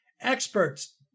Experts